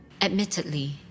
Admittedly